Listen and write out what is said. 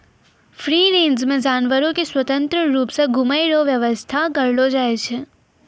free range मे जानवर के स्वतंत्र रुप से घुमै रो व्याबस्था करलो जाय छै